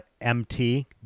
MT